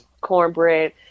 cornbread